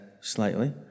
slightly